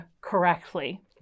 correctly